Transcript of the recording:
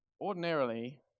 ordinarily